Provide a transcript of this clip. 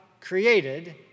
created